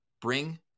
bring